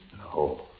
No